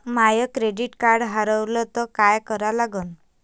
माय credit card हारवलं तर काय करा लागन?